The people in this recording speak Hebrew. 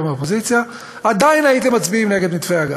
מהאופוזיציה עדיין הייתם מצביעים נגד מתווה הגז.